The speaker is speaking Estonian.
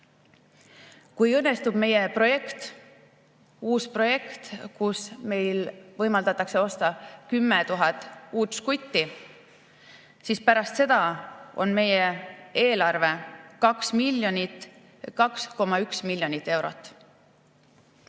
Kui õnnestub meie projekt, uus projekt, kus meil võimaldatakse osta 10 000 uut žgutti, siis pärast seda on meie eelarve 2,1 miljonit eurot.